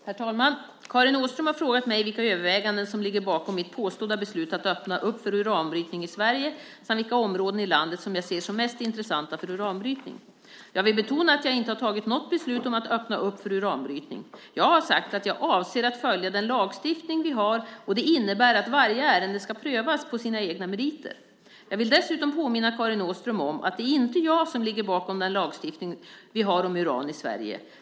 Herr talman! Karin Åström har frågat mig vilka överväganden som ligger bakom mitt påstådda beslut att öppna upp för uranbrytning i Sverige samt vilka områden i landet som jag ser som mest intressanta för uranbrytning. Jag vill betona att jag inte har tagit något beslut om att öppna upp för uranbrytning. Jag har sagt att jag avser att följa den lagstiftning vi har, och det innebär att varje ärende ska prövas på sina egna meriter. Jag vill dessutom påminna Karin Åström om att det inte är jag som ligger bakom den lagstiftning vi har om uran i Sverige.